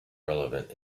relevant